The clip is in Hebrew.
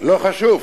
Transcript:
לא חשוב.